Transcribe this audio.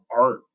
art